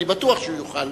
אני בטוח שהוא יוכל,